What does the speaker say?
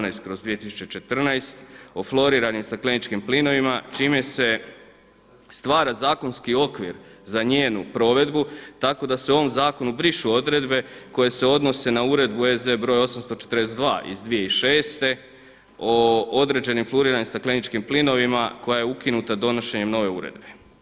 2014. o fluoriranim stakleničkim plinovima čime se stvara zakonski okvir za njenu provedbu, tako da se u ovom zakonu brišu odredbe koje se odnose na Uredbu EZ 842 iz 2006. o određenim fluoriranim stakleničkim plinovima koja je ukinuta donošenjem nove uredbe.